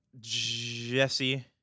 Jesse